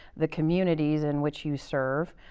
the communities in which you serve.